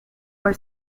for